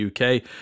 UK